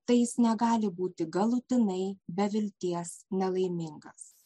tai jis negali būti galutinai be vilties nelaimingas